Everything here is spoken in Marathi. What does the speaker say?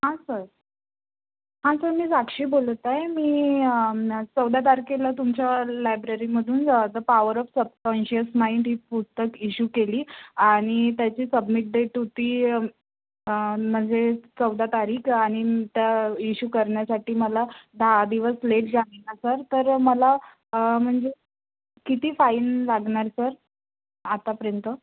हां सर हां सर मी साक्षी बोलत आहे मी चौदा तारखेला तुमच्या लायब्ररीमधून the power of subconscious mind ही पुस्तक इश्यू केली आणि त्याची सबमिट डेट होती म्हणजे चौदा तारीख आणि त्या इश्यू करण्यासाठी मला दहा दिवस लेट सर तर मला म्हणजे किती फाईन लागणार सर आतापर्यंत